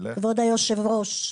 כבוד היושב-ראש,